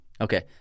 Okay